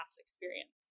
experience